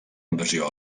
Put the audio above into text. invasió